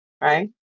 right